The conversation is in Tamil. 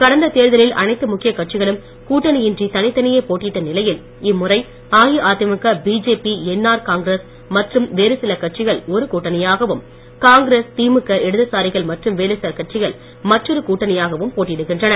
கடந்த தேர்தலில் அனைத்து முக்கிய கட்சிகளும் கூட்டணியின்றி தனியே போட்டியிட்ட நிலையில் இம்முறை அஇஅதிமுக பிஜேபி என்ஆர் காங்கிரஸ் மற்றும் வேறு சில கட்சிகள் ஒரு கூட்டணியாகவும் காங்கிரஸ் திமுக இடதுசாரிகள் மற்றும் வேறு சில கட்சிகள் மற்றொரு கூட்டணியாகவும் போட்டியிடுகின்றன